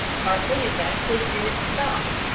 partly invested in its stock.